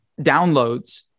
downloads